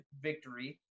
victory